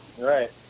Right